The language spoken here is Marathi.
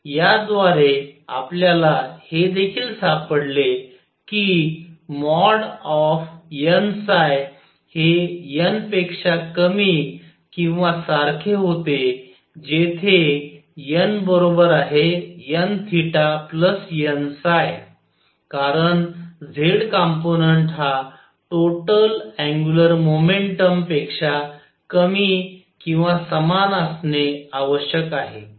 याद्वारेआपल्याला हे देखील सापडले कि मॉड ऑफ n हे n पेक्षा कमी किंवा सारखे होते जेथे n nn कारण z कंपोनंन्ट हा टोटल अँग्युलर मोमेंटम पेक्षा कमी किंवा समान असणे आवश्यक आहे